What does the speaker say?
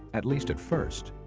at least at first.